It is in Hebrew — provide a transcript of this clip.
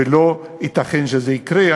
ולא ייתכן שזה יקרה.